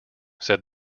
said